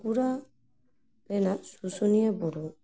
ᱵᱟᱠᱩᱲᱟ ᱨᱮᱱᱟ ᱥᱩᱥᱩᱱᱤᱭᱟᱹ ᱵᱩᱨᱩ